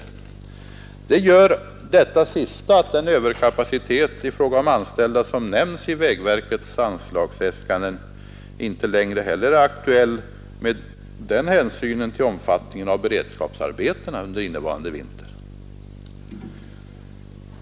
Just det som jag nu senast har anfört gör att den överkapacitet i fråga om anställda som nämnts i vägverkets anslagsäskanden inte längre är aktuell med hänsyn till omfattningen av beredskapsarbetena under innevarande vinter.